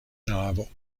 navo